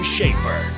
Shaper